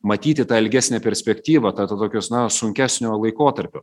matyti tą ilgesnę perspektyvą tą to tokios na sunkesnio laikotarpio